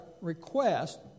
request